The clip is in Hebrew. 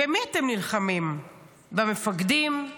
במי אתם נלחמים, במפקדים?